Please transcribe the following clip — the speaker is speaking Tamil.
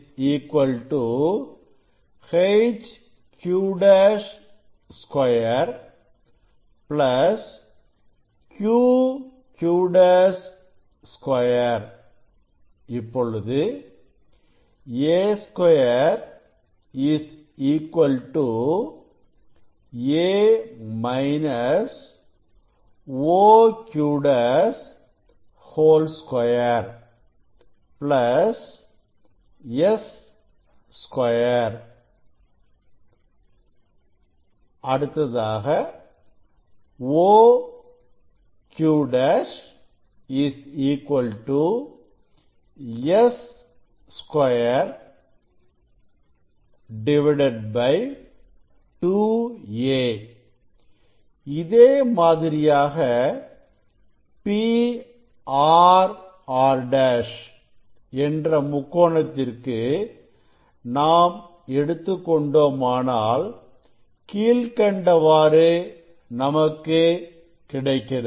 HQ2 HQ'2 QQ'2 இப்பொழுது a2 a - OQ'2 S2 OQ' S2 2a இதே மாதிரியாகPRR' என்ற முக்கோணத்திற்கு நாம் எடுத்துக் கொண்டோமானால் கீழ்க்கண்டவாறு நமக்கு கிடைக்கிறது